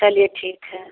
चलिए ठीक है